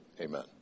Amen